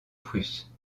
prusse